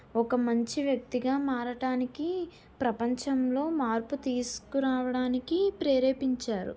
ఒక మంచి వ్యక్తిగా మారటానికి ప్రపంచంలో మార్పు తీసుకురావడానికి ప్రేరేపించారు